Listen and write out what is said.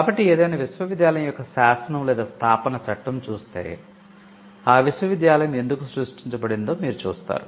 కాబట్టి ఏదైనా విశ్వవిద్యాలయం యొక్క శాసనం లేదా స్థాపన చట్టం చూస్తే ఆ విశ్వవిద్యాలయం ఎందుకు సృష్టించబడిందో మీరు చూస్తారు